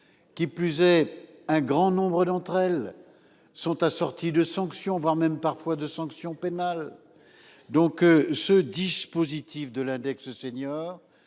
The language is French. Qui plus est, un grand nombre d'entre elles sont assorties de sanctions, voire même parfois de sanctions pénales. Donc ce dispositif de l'index senior